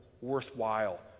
worthwhile